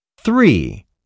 Three